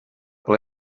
ple